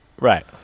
right